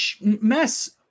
mess